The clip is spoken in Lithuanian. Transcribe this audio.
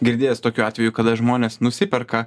girdėjęs tokių atvejų kada žmonės nusiperka